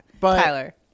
Tyler